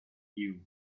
ill